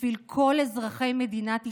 בשביל כל אזרחי מדינת ישראל,